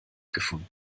gefunden